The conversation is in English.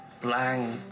blank